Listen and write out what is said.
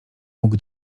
mógł